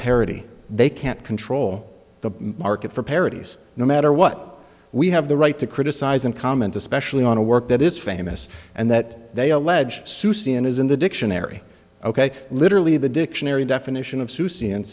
parody they can't control the market for parodies no matter what we have the right to criticize and comment especially on a work that is famous and that they allege susi and is in the dictionary ok literally the dictionary definition of susi and